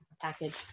package